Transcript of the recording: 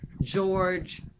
George